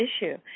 issue